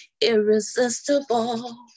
irresistible